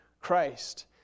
Christ